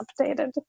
updated